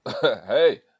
hey